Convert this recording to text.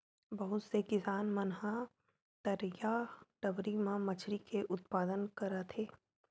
बहुत से किसान मन ह तरईया, डबरी म मछरी के उत्पादन करत हे